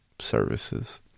Services